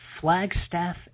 Flagstaff